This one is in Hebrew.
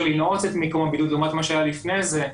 לנעוץ את מיקום הבידוד לעומת מה שהיה לפני זה,